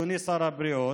אדוני שר הבריאות,